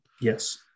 yes